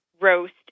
roast